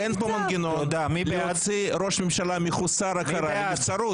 אין פה מנגנון להוציא ראש ממשלה מחוסר הכרה לנבצרות.